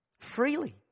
freely